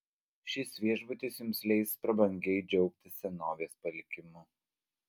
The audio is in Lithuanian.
šis viešbutis jums leis prabangiai džiaugtis senovės palikimu